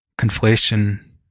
conflation